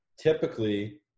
Typically